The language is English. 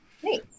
Great